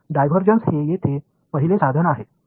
तर डायव्हर्जन्स हे येथे पहिले साधन आहे